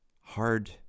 Hard